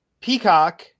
Peacock